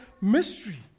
mystery